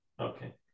Okay